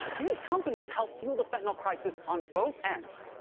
these companies help fuel the fentanyl crisis on both ends,